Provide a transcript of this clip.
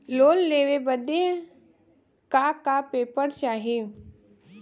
Loan लेवे बदे का का पेपर चाही?